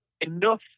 enough